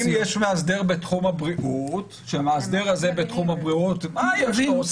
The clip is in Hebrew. אם יש מאסדר בתחום הבריאות, מה יש לו?